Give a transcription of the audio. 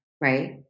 right